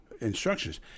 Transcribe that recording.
instructions